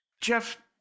Jeff